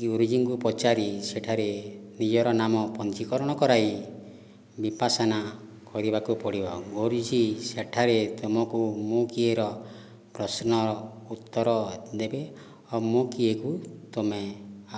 ଗୁରୁଜୀଙ୍କୁ ପଚାରି ସେଠାରେ ନିଜର ନାମ ପଞ୍ଜୀକରଣ କରାଇ ବିପାସନା କରିବାକୁ ପଡ଼ିବ ଗୁରୁଜୀ ସେଠାରେ ତୁମକୁ ମୁଁ କିଏର ପ୍ରଶ୍ନ ଉତ୍ତର ଦେବେ ଆଉ ମୁଁ କିଏକୁ ତୁମେ